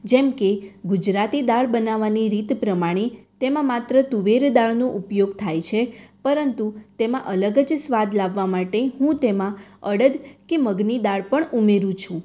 જેમ કે ગુજરાતી દાળ બનાવવાની રીત પ્રમાણે તેમાં માત્ર તુવેરદાળનો ઉપયોગ થાય છે પરંતુ તેમાં અલગ જ સ્વાદ લાવવા માટે હું તેમાં અડદ કે મગની દાળ પણ ઉમેરું છું